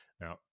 now